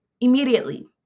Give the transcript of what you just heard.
immediately